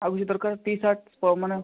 ଆଉ କିଛି ଦରକାର ଟି ସାର୍ଟ